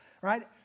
right